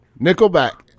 nickelback